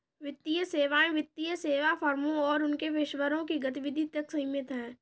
वित्तीय सेवाएं वित्तीय सेवा फर्मों और उनके पेशेवरों की गतिविधि तक सीमित हैं